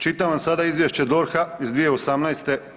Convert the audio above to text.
Čitam vam sada izvješće DORH-a iz 2018.